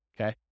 okay